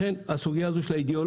לכן הסוגיה הזו של האידיאולוגיה,